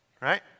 right